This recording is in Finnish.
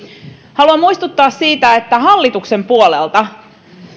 haluan muistuttaa siitä että hallituksen puolelta